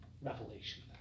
revelation